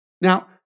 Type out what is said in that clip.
Now